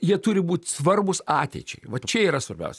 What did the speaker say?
jie turi būt svarbūs ateičiai va čia yra svarbiausia